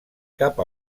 cap